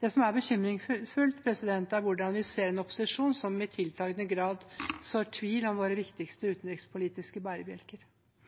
Det som er bekymringsfullt, er at vi ser en opposisjon som i tiltagende grad sår tvil om våre viktigste utenrikspolitiske bærebjelker.